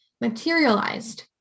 materialized